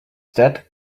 death